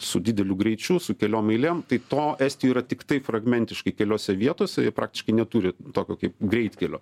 su dideliu greičiu su keliom eilėm tai to estijoj yra tiktai fragmentiškai keliose vietose praktiškai neturi tokio kaip greitkelio